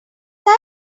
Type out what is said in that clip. that